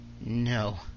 No